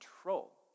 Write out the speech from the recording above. control